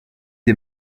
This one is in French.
des